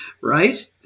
right